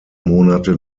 monate